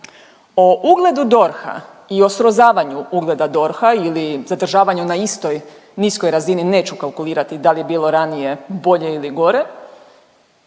O ugledu DORH-a i o srozavanju ugleda DORH-a ili zadržavanju na istoj niskoj razini neću kalkulirati da li je bilo ranije bolje ili gore,